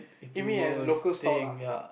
you mean as local store lah